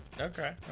Okay